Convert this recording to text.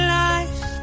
life